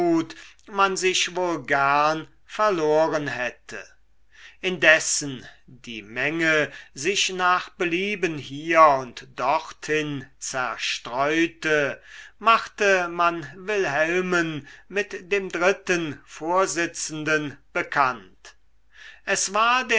man sich wohl gern verloren hätte indessen die menge sich nach belieben hier und dorthin zerstreute machte man wilhelmen mit dem dritten vorsitzenden bekannt es war